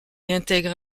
intègre